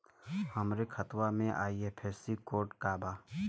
हमरे खतवा के आई.एफ.एस.सी कोड का बा?